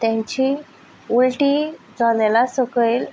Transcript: तेंची उल्टी जनेला सकयल